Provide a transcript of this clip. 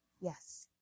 Yes